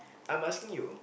I'm asking you